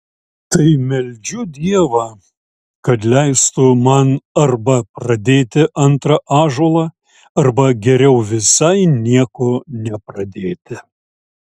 tai meldžiu dievą kad leistų man arba pradėti antrą ąžuolą arba geriau visai nieko nepradėti